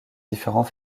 différents